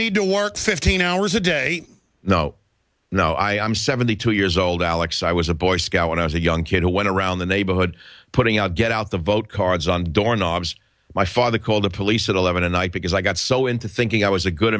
need to work fifteen hours a day no no i am seventy two years old alex i was a boy scout when i was a young kid who went around the neighborhood putting out get out the vote cards on door knobs my father called the police at eleven at night because i got so into thinking i was a good